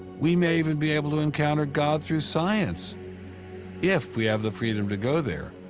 we may even be able to encounter god through science if we have the freedom to go there.